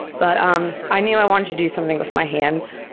but um i knew i wanted to do something with my hands.